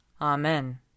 Amen